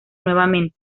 nuevamente